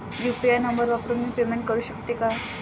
UPI number वापरून मी payment करू शकते का?